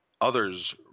others